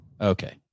Okay